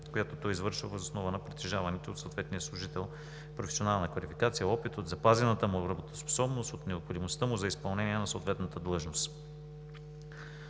която той извършва въз основа на притежаваните от съответния служител професионална квалификация, опит, запазената му работоспособност, необходимостта му за изпълнение на съответната длъжност.